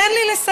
תן לי לסיים.